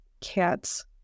cats